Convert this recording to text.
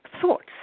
thoughts